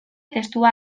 testua